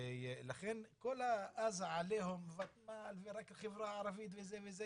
ולכן, כל העליהום ורק החברה הערבית וכולי וכולי